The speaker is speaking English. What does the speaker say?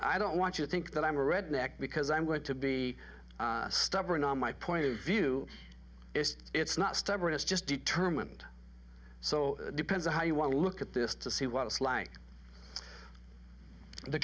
i don't want you to think that i'm a redneck because i'm going to be stubborn and my point of view is it's not stubbornness just determined so depends on how you want to look at this to see what it's like the